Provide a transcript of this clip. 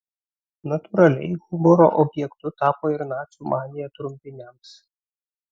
natūraliai humoro objektu tapo ir nacių manija trumpiniams